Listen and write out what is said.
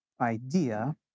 idea